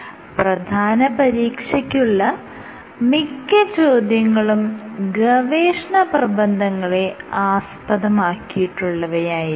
പ്രധാന പരീക്ഷയ്ക്കുള്ള മിക്ക ചോദ്യങ്ങളും ഗവേഷണ പ്രബന്ധങ്ങളെ ആസ്പദമാക്കിയിട്ടുള്ളവയായിരിക്കും